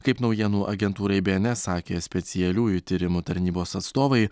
kaip naujienų agentūrai bns sakė specialiųjų tyrimų tarnybos atstovai